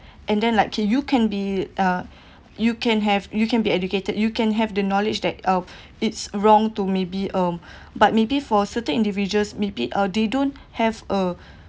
and then like can you can be uh you can have you can be educated you can have the knowledge that uh it's wrong to maybe um but maybe for certain individuals maybe uh they don't have a